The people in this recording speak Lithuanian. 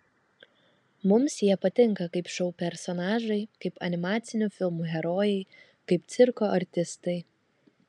mums jie patinka kaip šou personažai kaip animacinių filmų herojai kaip cirko artistai